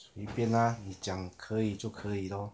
随便 lah 你讲可以就可以 lor